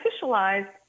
officialized